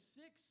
six